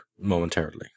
momentarily